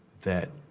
that